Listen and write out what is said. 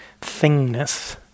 thingness